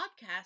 podcast